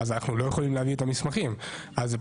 אנחנו לא יכולים להביא את המסמכים אז זה